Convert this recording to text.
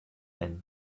and